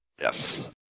Yes